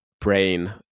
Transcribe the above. brain